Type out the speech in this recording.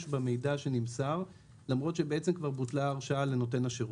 במידע שנמסר למרות שבוטלה ההרשאה לנותן השירות.